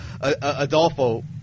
Adolfo